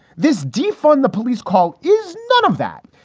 this defund the police call is none of that.